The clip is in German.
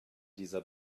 dieser